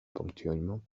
ponctuellement